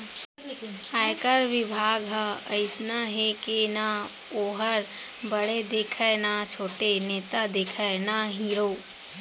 आयकर बिभाग ह अइसना हे के ना वोहर बड़े देखय न छोटे, नेता देखय न हीरो